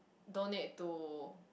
donate to